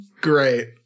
great